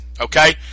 okay